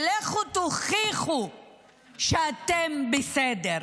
ולכו תוכיחו שאתם בסדר.